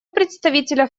представителя